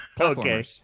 okay